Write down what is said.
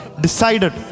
decided